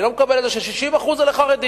אני לא מקבל את זה ש-60% אלה חרדים